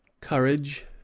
courage